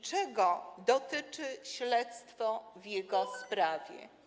Czego dotyczy śledztwo w jego sprawie?